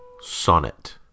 Sonnet